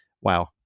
wow